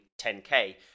10k